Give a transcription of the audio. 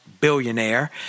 billionaire